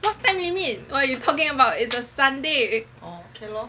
what time limit what you talking about it's a sunday